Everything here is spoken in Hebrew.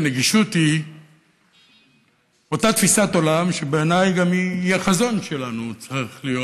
ונגישות היא אותה תפיסת עולם שבעיניי גם החזון שלנו צריך להיות